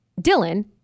Dylan